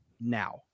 now